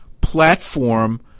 platform